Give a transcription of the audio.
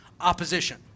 opposition